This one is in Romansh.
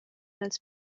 els